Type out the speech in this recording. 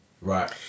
right